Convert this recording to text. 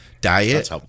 diet